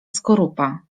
skorupa